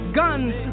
guns